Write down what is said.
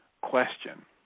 question